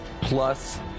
plus